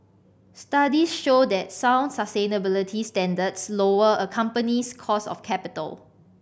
studies show that sound sustainability standards lower a company's cost of capital